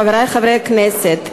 חברי חברי הכנסת,